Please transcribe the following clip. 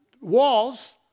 walls